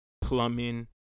plumbing